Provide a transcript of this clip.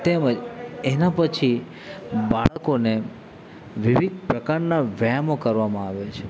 તેમજ એના પછી બાળકોને વિવિધ પ્રકારના વ્યાયામો કરવામાં આવે છે